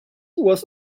was